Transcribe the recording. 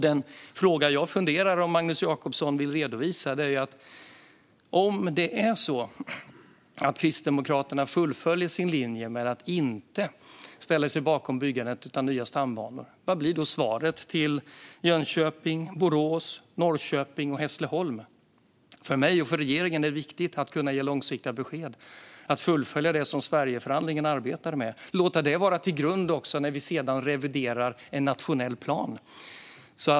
Den fråga jag funderar över, om Magnus Jacobsson vill redovisa, är om Kristdemokraterna fullföljer sin linje att inte ställa sig bakom byggandet av nya stambanor. Vad blir då svaret till Jönköping, Borås, Norrköping och Hässleholm? För mig och för regeringen är det viktigt att ge långsiktiga besked och att fullfölja det som Sverigeförhandlingen arbetar med och låta det vara till grund när vi sedan reviderar en nationell plan.